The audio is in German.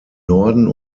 norden